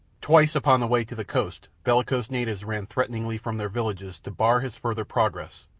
twice upon the way to the coast bellicose natives ran threateningly from their villages to bar his further progress,